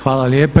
Hvala lijepa.